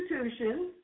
institutions